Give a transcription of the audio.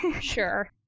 Sure